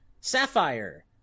Sapphire